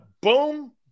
boom